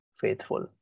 faithful